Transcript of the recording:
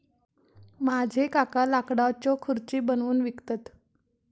माझे काका लाकडाच्यो खुर्ची बनवून विकतत